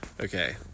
Okay